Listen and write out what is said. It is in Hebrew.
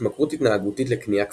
התמכרות התנהגותית לקנייה כפייתית,